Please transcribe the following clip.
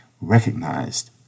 recognized